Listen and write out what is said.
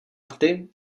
rty